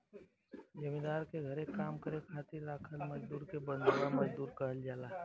जमींदार के घरे काम करे खातिर राखल मजदुर के बंधुआ मजदूर कहल जाला